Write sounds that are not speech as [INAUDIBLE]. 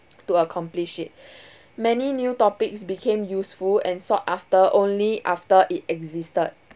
to accomplish it [BREATH] many new topics became useful and sought after only after it existed